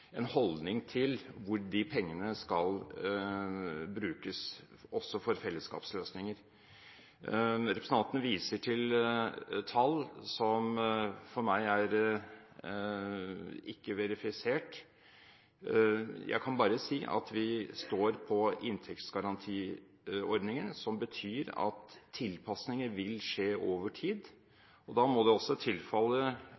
en holdning til hvor de pengene skal brukes – også for fellesskapsløsninger. Representanten viser til tall som for meg ikke er verifisert. Jeg kan bare si at vi står på inntektsgarantiordningen, som betyr at tilpasninger vil skje over